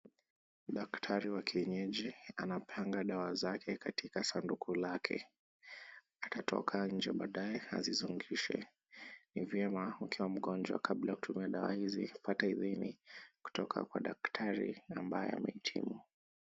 Daktari wa kienyeji anapanga dawa zake katika sanduku lake. Atatoka nje baadaye azizungushe, ni vyema ukiwa mgonjwa kabla utumie dawa hizi upate idhini kutoka kwa daktari ambaye amehitimu.